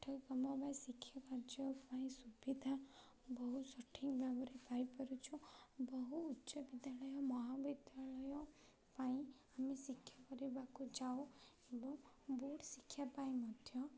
ପାଠ୍ୟକ୍ରମ ବା ଶିକ୍ଷାକାର୍ଯ୍ୟ ପାଇଁ ସୁବିଧା ବହୁ ସଠିକ୍ ଭାବରେ ପାଇପାରୁଛୁ ବହୁ ଉଚ୍ଚ ବିିଦ୍ୟାଳୟ ମହାବିଦ୍ୟାଳୟ ପାଇଁ ଆମେ ଶିକ୍ଷା କରିବାକୁ ଯାଉ ଏବଂ ବୋର୍ଡ଼ ଶିକ୍ଷା ପାଇଁ ମଧ୍ୟ